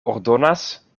ordonas